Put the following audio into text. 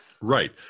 Right